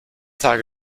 tage